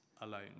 alone